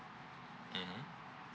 mmhmm